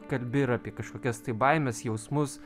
kalbi ir apie kažkokias tai baimes jausmus